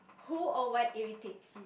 who or what irritates you